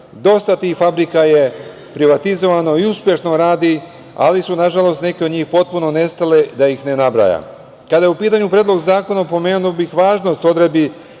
Dosta tih fabrika je privatizovano i uspešno radi, ali su nažalost neke od njih potpuno nestale, da ih ne nabrajam. Kada je u pitanju Predlog zakona, pomenuo bih važnost odredbi